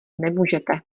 nemůžete